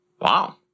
wow